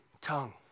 tongue